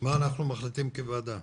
מה אנחנו מחליטים כוועדה?